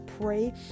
pray